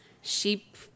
sheep